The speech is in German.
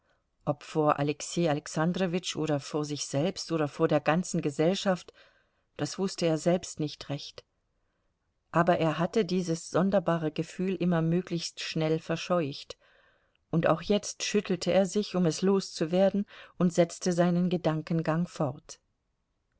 ob vor alexei alexandrowitsch oder vor sich selbst oder vor der ganzen gesellschaft das wußte er selbst nicht recht aber er hatte dieses sonderbare gefühl immer möglichst schnell verscheucht und auch jetzt schüttelte er sich um es loszuwerden und setzte seinen gedankengang fort